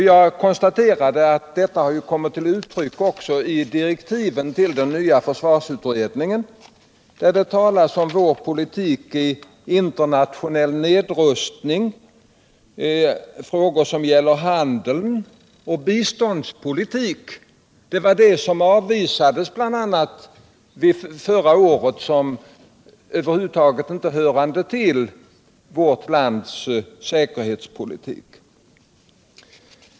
Jag konstaterar att detta har kommit till uttryck också i direktiven till den nya försvarsutredningen, där det talas om vår politik i internationella nedrustningsfrågor och i frågor som gäller handel och biståndspolitik. Det var detta som avvisades förra året såsom inte hörande till vårt lands säkerhetspolitik.